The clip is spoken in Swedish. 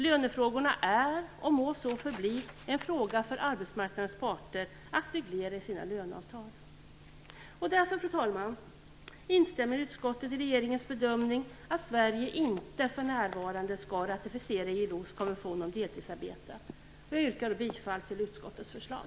Lönefrågorna är och må förbli en fråga för arbetsmarknadens parter att reglera i sina löneavtal. Därför, fru talman, instämmer utskottet i regeringens bedömning att Sverige inte för närvarande skall ratificera ILO:s konvention om deltidsarbete. Jag yrkar bifall till utskottets förslag.